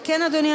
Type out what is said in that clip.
כן, אדוני.